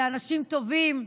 לאנשים טובים,